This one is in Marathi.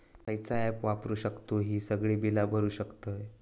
खयचा ऍप वापरू शकतू ही सगळी बीला भरु शकतय?